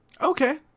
Okay